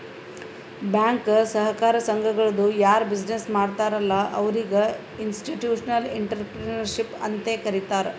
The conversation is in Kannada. ಬ್ಯಾಂಕ್, ಸಹಕಾರ ಸಂಘಗಳದು ಯಾರ್ ಬಿಸಿನ್ನೆಸ್ ಮಾಡ್ತಾರ ಅಲ್ಲಾ ಅವ್ರಿಗ ಇನ್ಸ್ಟಿಟ್ಯೂಷನಲ್ ಇಂಟ್ರಪ್ರಿನರ್ಶಿಪ್ ಅಂತೆ ಕರಿತಾರ್